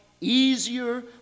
easier